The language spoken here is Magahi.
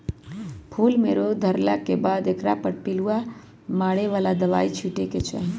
फूल में रोग धरला के बाद एकरा पर पिलुआ मारे बला दवाइ छिटे के चाही